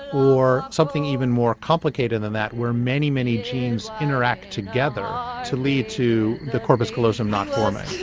or something even more complicated than that where many, many genes interact together to lead to the corpus callosum not forming.